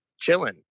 chilling